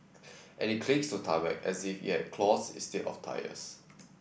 and it clings to tarmac as if it has claws instead of tyres